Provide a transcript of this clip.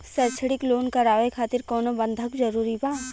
शैक्षणिक लोन करावे खातिर कउनो बंधक जरूरी बा?